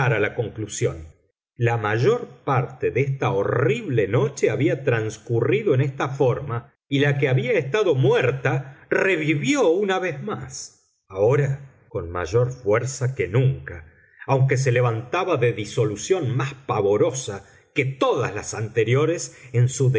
a la conclusión la mayor parte de esta horrible noche había transcurrido en esta forma y la que había estado muerta revivió una vez más ahora con mayor fuerza que nunca aunque se levantaba de disolución más pavorosa que todas las anteriores en su